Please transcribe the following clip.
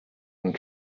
and